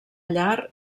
llar